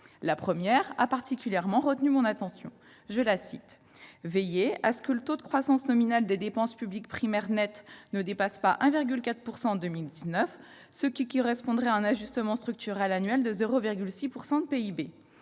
La première a particulièrement retenu mon attention :« Veiller à ce que le taux de croissance nominale des dépenses publiques primaires nettes ne dépasse pas 1,4 % en 2019, ... Raté !... ce qui correspondrait à un ajustement structurel annuel de 0,6 % du PIB »